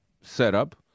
setup